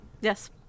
Yes